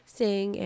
sing